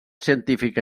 científica